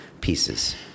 pieces